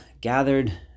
gathered